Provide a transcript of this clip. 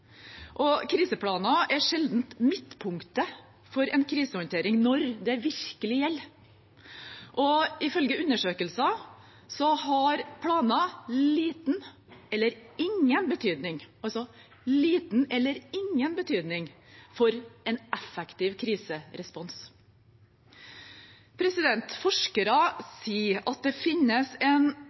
og kriseplaner er sjelden midtpunktet for en krisehåndtering når det virkelig gjelder. Ifølge undersøkelser har planer liten eller ingen betydning – altså: liten eller ingen betydning – for en effektiv kriserespons. Forskere sier at det finnes en